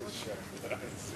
איזה שקרן זה.